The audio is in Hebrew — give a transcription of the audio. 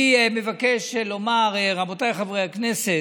אני מבקש לומר, רבותיי חברי הכנסת,